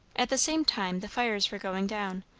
at the same time, the fires were going down,